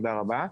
תודה רבה.